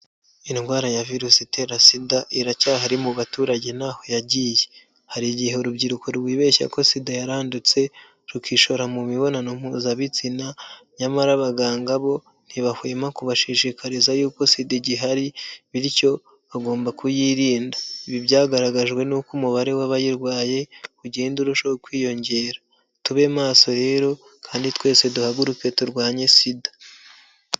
Indwara ya virusi itera SIDA iracyahari mu baturage ntaho yagiye, hari igihe urubyiruko rwibeshya ko SIDA yarandutse rukishora mu mibonano mpuzabitsina, nyamara abaganga bo ntibahwema kubashishikariza yuko SIDA igihari bityo bagomba kuyirinda, ibi byagaragajwe n'uko umubare w'abayirwaye ugenda urushaho kwiyongera, tube maso rero kandi twese duhaguruke turwanye SIDA.